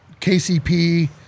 kcp